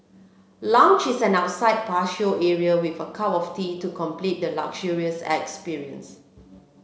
lounge is an outside patio area with a cup of tea to complete the luxurious experiences